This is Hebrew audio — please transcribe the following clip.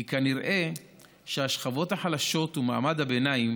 כי כנראה שהשכבות החלשות ומעמד הביניים